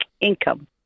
income